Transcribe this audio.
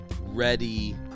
ready